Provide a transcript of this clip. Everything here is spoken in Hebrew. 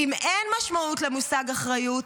אם אין משמעות למושג "אחריות",